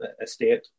estate